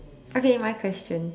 okay my question